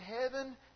heaven